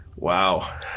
Wow